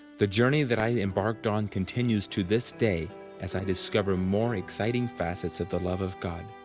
the journey that i embarked on continues to this day as i discover more excited facets of the love of god.